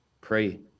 pray